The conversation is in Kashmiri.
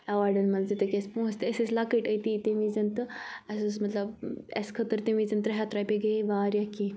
ایٚواڈَن منٛز یِتھَے کٔنۍ ٲسۍ پونٛسہٕ تہٕ أسۍ ٲسۍ لَکٕٹۍ أتی تٔمۍ وِزیٚن تہٕ اَسہِ اوس مطلب اَسہِ خٲطرٕ تٔمۍ وِزیٚن ترٛےٚ ہَتھ رۄپیہِ گٔیے واریاہ کینٛہہ